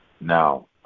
Now